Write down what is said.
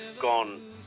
gone